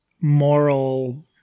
moral